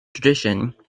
tradition